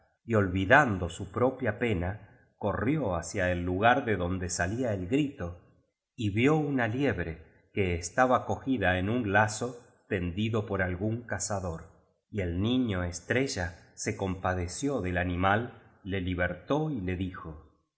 y olvi dando su propia pena corrió hacia el lugar de donde salía el grito y vio una liebre que estaba cogida en un lazo tendido por algún cazador y el niño estrella se compadeció del animal le libertó y le dijo